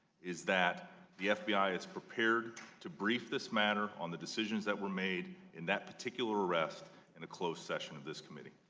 is that the fbi is prepared to reap this matter on the decisions that were made in that particular arrest in a closed session of this committee.